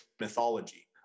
mythology